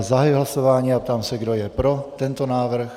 Zahajuji hlasování a ptám se, kdo je pro tento návrh.